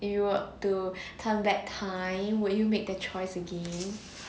you were to turn back time will you make the choice again